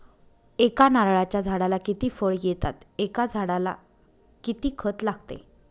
एका नारळाच्या झाडाला किती फळ येतात? एका झाडाला किती खत लागते?